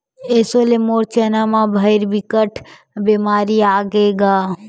एसो से मोर चना म भइर बिकट बेमारी आगे हे गा